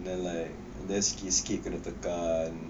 and then like there's sikit sikit kena tekan